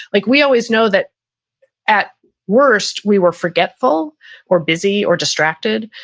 like we always know that at worst we were forgetful or busy or distracted,